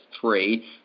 three